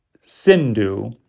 Sindhu